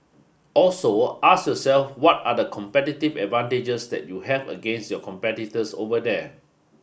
also ask yourself what are the competitive advantages that you have against your competitors over there